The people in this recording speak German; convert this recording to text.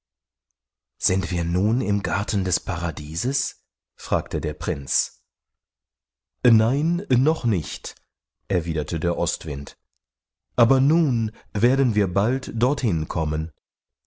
sind wir nun im garten des paradieses fragte der prinz nein noch nicht erwiderte der ostwind aber nun werden wir bald dorthin kommen